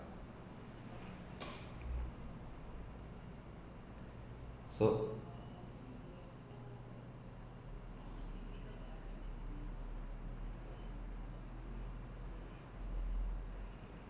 so